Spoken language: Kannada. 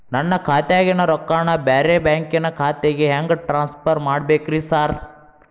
ನನ್ನ ಖಾತ್ಯಾಗಿನ ರೊಕ್ಕಾನ ಬ್ಯಾರೆ ಬ್ಯಾಂಕಿನ ಖಾತೆಗೆ ಹೆಂಗ್ ಟ್ರಾನ್ಸ್ ಪರ್ ಮಾಡ್ಬೇಕ್ರಿ ಸಾರ್?